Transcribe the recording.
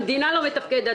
המדינה לא מתפקדת.